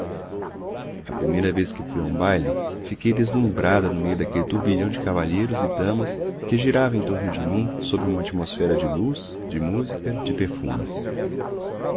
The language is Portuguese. a primeira vez que fui a um baile fiquei deslumbrada no meio daquele turbilhão de cavalheiros e damas que girava em torno de mim sob uma atmosfera de luz de música de perfumes